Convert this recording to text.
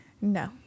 No